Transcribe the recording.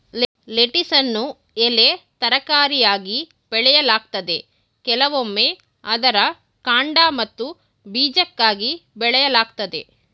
ಲೆಟಿಸನ್ನು ಎಲೆ ತರಕಾರಿಯಾಗಿ ಬೆಳೆಯಲಾಗ್ತದೆ ಕೆಲವೊಮ್ಮೆ ಅದರ ಕಾಂಡ ಮತ್ತು ಬೀಜಕ್ಕಾಗಿ ಬೆಳೆಯಲಾಗ್ತದೆ